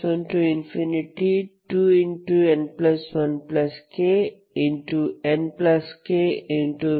nkCn1xnkn0nk